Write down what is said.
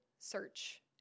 search